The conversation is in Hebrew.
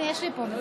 יש לי פה.